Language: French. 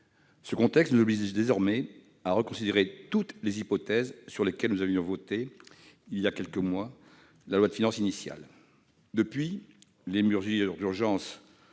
Ce contexte nous oblige désormais à reconsidérer toutes les hypothèses en fonction desquelles nous avons voté, il y a trois mois seulement, la loi de finances initiale. Depuis les mesures d'urgence